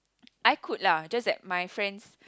I could lah just that my friends